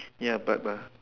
yup but but